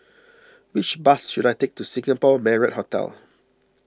which bus should I take to Singapore Marriott Hotel